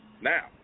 Now